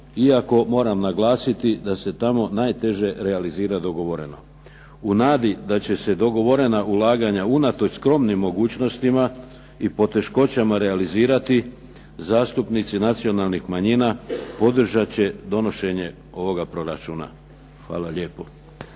iako moram naglasiti da se tamo najteže realizira dogovoreno. U nadi da će se dogovorena ulaganja unatoč skromnim mogućnostima i poteškoćama realizirati, zastupnici nacionalnih manjina podržat će donošenje ovoga proračuna. Hvala lijepo.